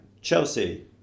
Chelsea